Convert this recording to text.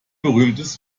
berühmtes